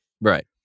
Right